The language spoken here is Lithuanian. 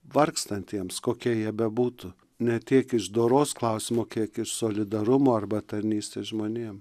vargstantiems kokie jie bebūtų ne tiek iš doros klausimo kiek iš solidarumo arba tarnystės žmonėm